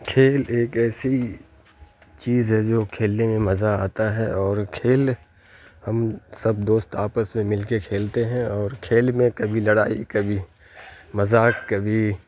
کھیل ایک ایسی چیز ہے جو کھیلنے میں مزہ آتا ہے اور کھیل ہم سب دوست آپس میں مل کے کھیلتے ہیں اور کھیل میں کبھی لڑائی کبھی مذاق کبھی